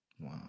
Wow